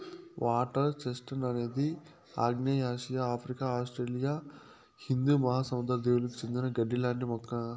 water chestnut అనేది ఆగ్నేయాసియా, Africa, Australia హిందూ మహాసముద్ర దీవులకు చెందిన గడ్డి లాంటి మొక్క